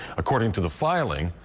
according to the filing,